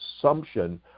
assumption